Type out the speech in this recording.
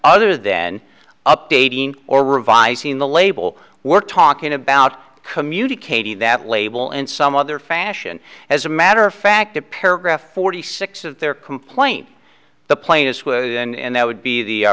other then updating or revising the label we're talking about communicating that label and some other fashion as a matter of fact a paragraph forty six of their complaint the plaintiffs would and that would be the